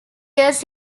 years